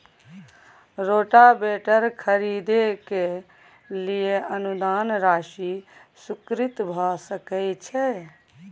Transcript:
Rotavator खरीदे के लिए अनुदान राशि स्वीकृत भ सकय छैय?